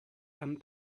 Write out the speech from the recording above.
and